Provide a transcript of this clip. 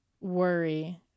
worry